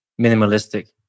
Minimalistic